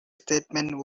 statement